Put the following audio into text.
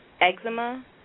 eczema